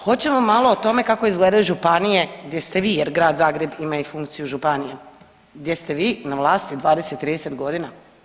Hoćemo malo o tome kako izgledaju županije gdje ste vi jer Grad Zagreb ima i funkciju županije, gdje ste vi na vlasti 20-30 godina?